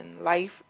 life